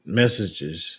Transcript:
messages